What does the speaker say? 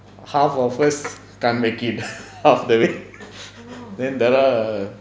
half of us can't make it half the way then